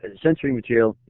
ah censoring material